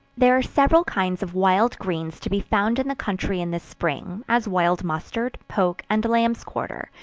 there are several kinds of wild greens to be found in the country in the spring, as wild mustard, poke and lambs-quarter,